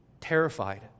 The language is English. terrified